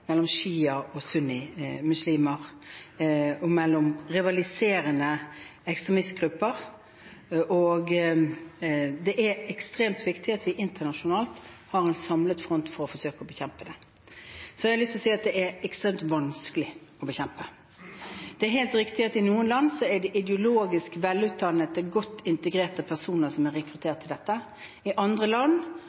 mellom sjiamuslimer og sunnimuslimer og mellom rivaliserende ekstremistgrupper. Det er ekstremt viktig at vi internasjonalt har en samlet front for å forsøke å bekjempe det. Så har jeg lyst til å si at det er ekstremt vanskelig å bekjempe. Det er helt riktig at i noen land er det ideologisk velutdannede, godt integrerte personer som er rekruttert til dette. I andre land,